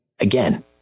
again